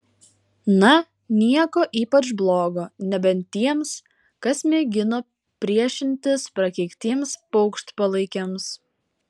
na nieko ypač blogo nebent tiems kas mėgino priešintis prakeiktiems paukštpalaikiams